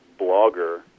blogger